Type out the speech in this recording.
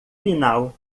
final